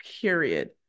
period